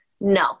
No